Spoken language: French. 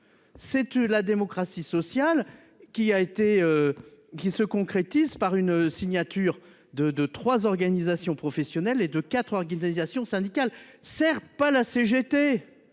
La démocratie sociale se concrétise par la signature de trois organisations professionnelles et de quatre organisations syndicales. Certes, la CGT